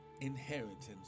inheritance